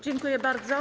Dziękuję bardzo.